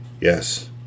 yes